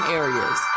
areas